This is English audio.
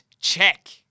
Check